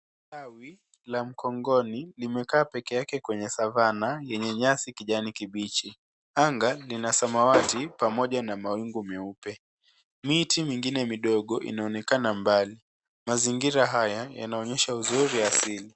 Tawi la mkongoni limekaa peke yake kwenye savana yenye nyasi kijani kibichi. Anga lina samawati pamoja na mawingu meupe. Miti mingine midogo inaonekana mbali. Mazingira haya yanaonyesha uzuri ya asili.